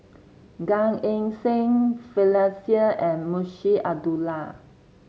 Gan Eng Seng Finlayson and Munshi Abdullah